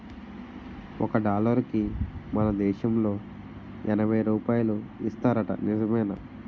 ఒక డాలరుకి మన దేశంలో ఎనబై రూపాయలు ఇస్తారట నిజమేనా